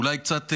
אולי קצת,